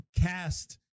cast